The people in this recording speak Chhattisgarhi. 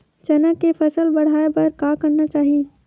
चना के फसल बढ़ाय बर का करना चाही?